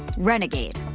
renegade.